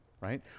Right